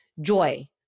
joy